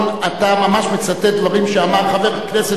אתה ממש מצטט דברים שאמר חבר כנסת שישב